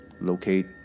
locate